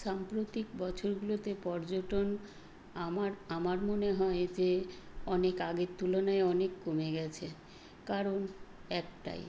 সাম্প্রতিক বছরগুলোতে পর্যটন আমার আমার মনে হয় যে অনেক আগের তুলনায় অনেক কমে গেছে কারণ একটাই